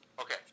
Okay